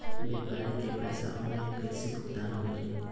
व्यापारी के पैसा ऑनलाइन कईसे भुगतान करी?